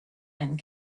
and